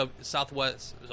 Southwest